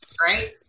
Right